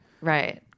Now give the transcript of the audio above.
Right